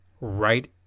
right